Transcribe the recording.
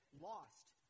lost